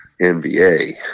NBA